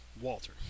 Walter